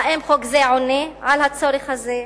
האם חוק זה עונה על הצורך הזה?